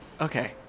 okay